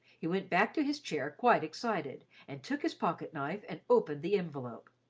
he went back to his chair quite excited and took his pocket-knife and opened the envelope.